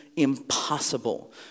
impossible